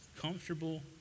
comfortable